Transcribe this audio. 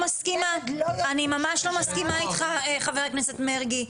אני ממש לא מסכימה איתך חה"כ מרגי.